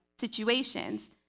situations